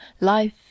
life